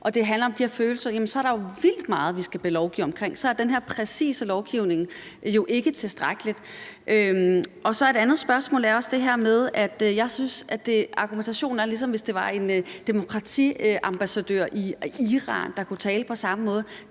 og det handler om de her følelser, så er der jo vildt meget, vi skal til at lovgive omkring, og så er den her præcise lovgivning jo ikke tilstrækkelig. Et andet spørgsmål er også det her med, at jeg synes, at argumentationen lidt er, som om det kunne være en demokratiambassadør i Iran, der talte, altså set